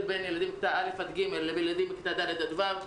בין ילדים בכיתות א' עד ג' לילדים בכיתות ד' עד ו'.